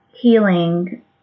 healing